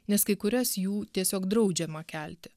nes kai kurias jų tiesiog draudžiama kelti